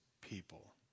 people